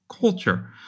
culture